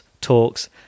talks